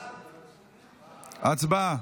הצבעה.